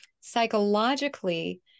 Psychologically